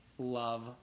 love